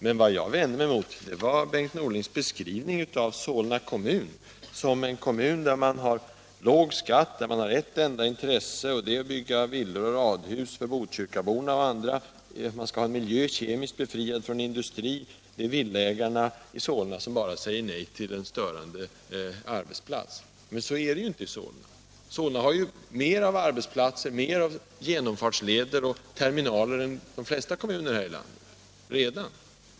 Men jag vände mig mot Bengt Norlings beskrivning av Solna som en kommun, där man har låg skatt och där man har ett enda intresse, nämligen att bygga villor och radhus för botkyrkaborna och andra, en kommun där man vill ha en miljö kemiskt fri från industri och där villaägarna säger nej till störande arbetsplatser. Så är det ju inte i Solna. Solna har redan mer av arbetsplatser, mer av genomfartsleder och terminaler än de flesta kommuner här i landet.